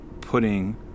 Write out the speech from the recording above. putting